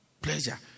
pleasure